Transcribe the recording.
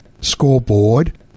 scoreboard